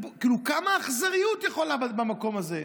כמה אכזריות יכולה להיות במקום הזה?